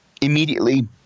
Immediately